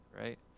right